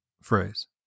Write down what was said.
phrase